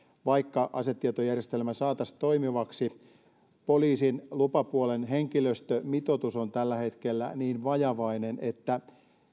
vaikka asetietojärjestelmä saataisi toimivaksi poliisin lupapuolen henkilöstömitoitus on tällä hetkellä niin vajavainen että